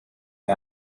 the